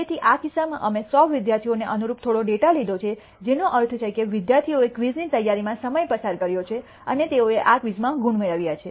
તેથી આ કિસ્સામાં અમે 100 વિદ્યાર્થીઓને અનુરૂપ થોડો ડેટા લીધો છે જેનો અર્થ છે કે વિદ્યાર્થીઓએ ક્વિઝની તૈયારીમાં સમય પસાર કર્યો છે અને તેઓએ આ ક્વિઝમાં ગુણ મેળવ્યા છે